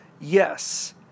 Yes